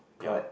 correct